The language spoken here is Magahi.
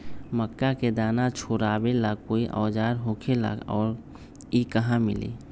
मक्का के दाना छोराबेला कोई औजार होखेला का और इ कहा मिली?